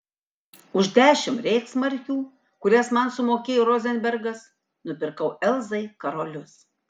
už dešimt reichsmarkių kurias man sumokėjo rozenbergas nupirkau elzai karolius